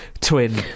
Twin